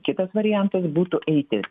kitas variantas būtų eiti